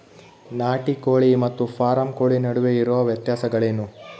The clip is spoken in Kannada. ನಾಟಿ ಕೋಳಿ ಮತ್ತು ಫಾರಂ ಕೋಳಿ ನಡುವೆ ಇರುವ ವ್ಯತ್ಯಾಸಗಳೇನು?